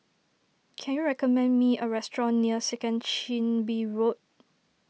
can you recommend me a restaurant near Second Chin Bee Road